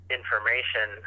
information